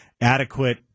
adequate